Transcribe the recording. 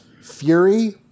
Fury